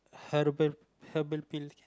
herbal herbal peel